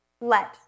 let